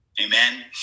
amen